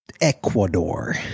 Ecuador